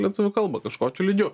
lietuvių kalbą kažkokiu lygiu